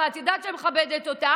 ואת יודעת שאני מכבדת אותך,